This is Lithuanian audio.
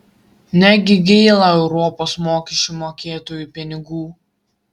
negi gaila europos mokesčių mokėtojų pinigų